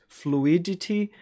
fluidity